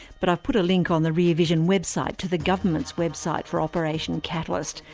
but i've put a link on the rear vision website to the government's website for operation catalyst,